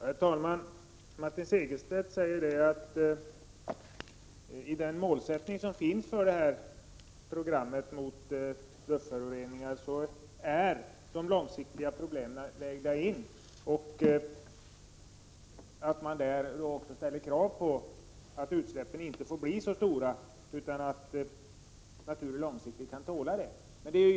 Herr talman! Martin Segerstedt säger att de långsiktiga problemen är invägda i den målsättning som finns för programmet mot luftföroreningar och att det ställs krav på att utsläppen inte får bli så stora att naturen inte långsiktigt kan tåla dem.